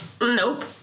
Nope